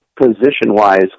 position-wise